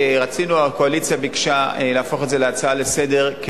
הקואליציה ביקשה להפוך את זה להצעה לסדר-היום,